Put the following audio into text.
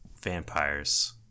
vampires